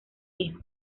hijo